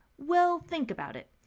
well think about it.